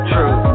True